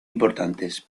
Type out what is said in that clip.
importantes